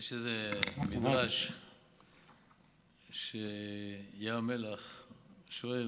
יש איזה מדרש שים המלח שואל: